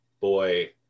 boy